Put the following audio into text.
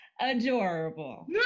adorable